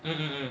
mmhmm